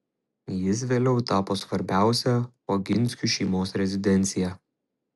jis vėliau tapo svarbiausia oginskių šeimos rezidencija